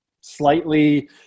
slightly